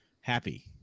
happy